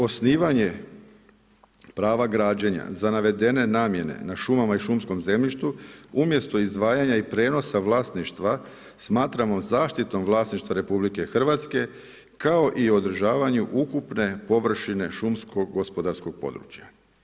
Osnivanje prava građenja za navedene namjene nad šumama i šumskom zemljištu umjesto izdvajanja i prijenosa vlasništva smatramo zaštitom vlasništva RH kao i održavanju ukupne površine šumskog gospodarskog područja.